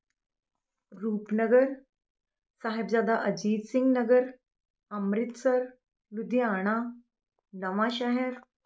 ਰੂਪਨਗਰ ਸਾਹਿਬਜ਼ਾਦਾ ਅਜੀਤ ਸਿੰਘ ਨਗਰ ਅੰਮ੍ਰਿਤਸਰ ਲੁਧਿਆਣਾ ਨਵਾਂ ਸ਼ਹਿਰ